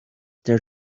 there